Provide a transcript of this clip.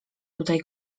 tutaj